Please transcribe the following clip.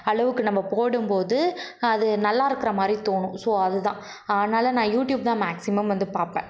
அளவுக்கு நம்ம போடும்போது அது நல்லா இருக்கிறமாதிரி தோணும் ஸோ அதுதான் ஆனால் நான் யூடியூப் தான் மேக்ஸிமம் வந்து பார்ப்பேன்